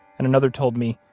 and another told me,